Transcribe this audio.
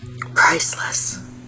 priceless